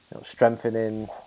strengthening